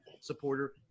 supporter